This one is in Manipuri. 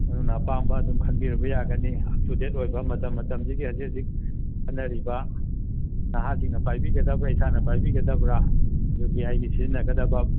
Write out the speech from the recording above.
ꯑꯗꯨꯅ ꯑꯄꯥꯝꯕ ꯑꯗꯨꯝ ꯈꯟꯕꯤꯔꯕ ꯌꯥꯒꯅꯤ ꯑꯞ ꯇꯨ ꯗꯦꯠ ꯑꯣꯏꯕ ꯃꯇꯝ ꯃꯇꯝꯁꯤꯒꯤ ꯍꯧꯖꯤꯛ ꯍꯧꯖꯤꯛ ꯆꯠꯅꯔꯤꯕꯥ ꯅꯍꯥꯁꯤꯡꯅ ꯄꯥꯏꯕꯤꯒꯗꯕ꯭ꯔꯥ ꯏꯁꯥꯅ ꯄꯥꯏꯕꯤꯒꯗꯕ꯭ꯔꯥ ꯑꯗꯨꯗꯤ ꯑꯩꯒꯤ ꯁꯤꯖꯤꯟꯅꯒꯗꯕ